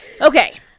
Okay